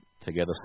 together